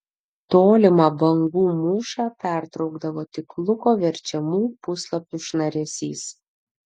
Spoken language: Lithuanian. tolimą bangų mūšą pertraukdavo tik luko verčiamų puslapių šnaresys